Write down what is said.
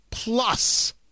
plus